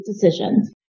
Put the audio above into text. decisions